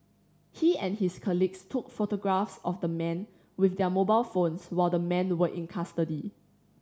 he and his colleagues took photographs of the men with their mobile phones while the men were in custody